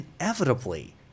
inevitably